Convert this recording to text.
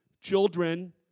Children